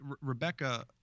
Rebecca